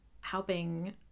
helping